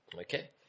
Okay